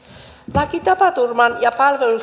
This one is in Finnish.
laki tapaturman ja